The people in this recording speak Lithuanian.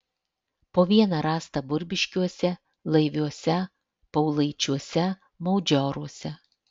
po vieną rasta burbiškiuose laiviuose paulaičiuose maudžioruose